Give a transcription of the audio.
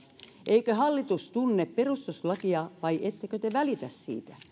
eikö hallitus tunne perustuslakia vai ettekö te välitä siitä